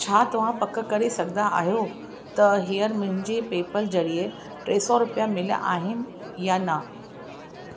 छा तव्हां पकु करे सघंदा आहियो त हीअंर मुंहिंजी पेपल जरिए टे सौ रुपया मिलिया आहिनि या न